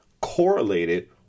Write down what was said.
correlated